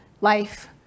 life